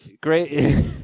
Great